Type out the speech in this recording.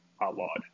outlawed